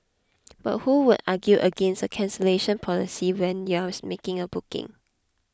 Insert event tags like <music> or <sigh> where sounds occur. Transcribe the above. but who would argue against a cancellation policy when you are <noise> making a booking